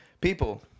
people